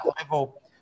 level